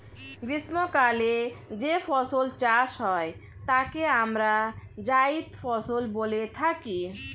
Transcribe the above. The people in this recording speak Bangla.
গ্রীষ্মকালে যে ফসল চাষ হয় তাকে আমরা জায়িদ ফসল বলে থাকি